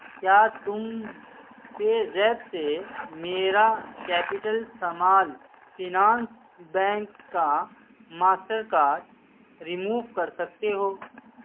کیا تم PayZapp سے میرا کیپیٹل سمال فنانس بینک کا ماسٹر کارڈ ریموو کر سکتے ہو